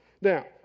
Now